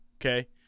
okay